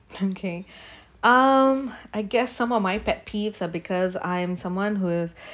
kay~ um I guess some of my pet peeves are because I am someone who is